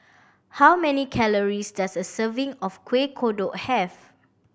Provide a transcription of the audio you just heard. how many calories does a serving of Kuih Kodok have